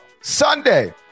Sunday